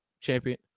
champion